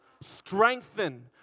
Strengthen